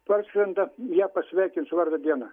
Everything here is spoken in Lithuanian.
parskrenda jie pasveikins su vardo diena